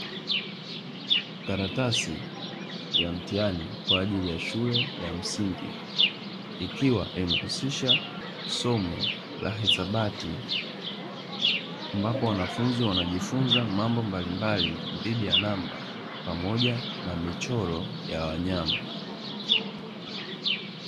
Karatasi ya mtihani kwa ajili ya shule ya msingi ikiwa imehusisha somo la hisabati, ambapo wanafunzi wanajifunza mambo mbalimbali dhidi ya namba pamoja na michoro ya wanyama.